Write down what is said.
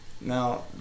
Now